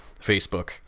facebook